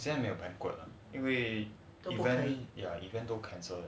现在没 liao 因为 ya event cancel liao